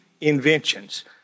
inventions